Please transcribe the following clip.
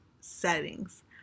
settings